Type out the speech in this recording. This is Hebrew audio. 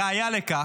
ראיה לכך,